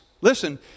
listen